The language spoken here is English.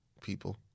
people